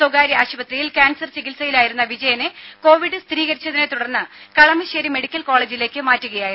സ്വകാര്യ ആശുപത്രിയിൽ കാൻസർ ചികിത്സയിലായിരുന്ന വിജയനെ കോവിഡ് സ്ഥിരീകരിച്ചതിനെ തുടർന്ന് കളമശ്ശേരി മെഡിക്കൽ കോളേജിലേക്ക് മാറ്റുകയായിരുന്നു